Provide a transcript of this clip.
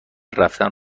رفتن